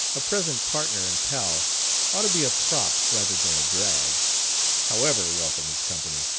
a present partner and pal ought to be a prop rather than a drag however welcome his company,